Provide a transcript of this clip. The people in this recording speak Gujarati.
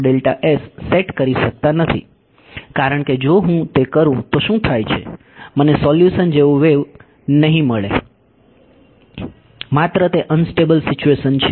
કારણ કે જો હું તે કરું તો શું થાય છે મને સોલ્યુશન જેવુ વેવ નહીં મળે માત્ર તે અનસ્ટેબલ સિચ્યુએશન છે